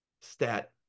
stat